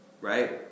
right